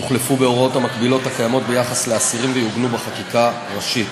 יוחלפו בהוראות המקבילות הקיימות ביחס לאסירים ויעוגנו בחקיקה ראשית.